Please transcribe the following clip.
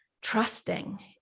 trusting